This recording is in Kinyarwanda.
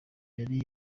yari